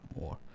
more